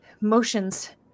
motions